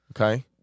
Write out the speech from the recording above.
Okay